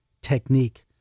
technique